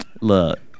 look